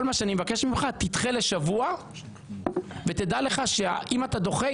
כל מה שאני מבקש ממך זה שתידחה לשבוע ותדע לך שאם אתה דוחה,